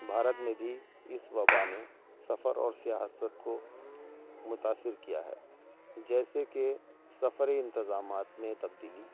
بھارت میں بھی اس وبا نے سفر اور سیاحت کو متاثر کیا ہے جیسے کہ سفرے انتظامات میں تبدیلی